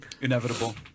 Inevitable